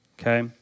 okay